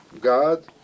God